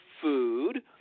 food